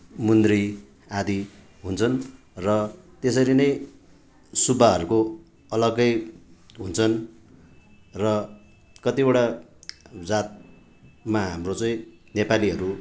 मुन्द्री आदि हुन्छन् र त्यसरी नै सुब्बाहरूको अलग्गै हुन्छन् र कतिवटा जातमा हाम्रो चाहिँ नेपालीहरू